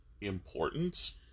important